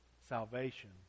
salvation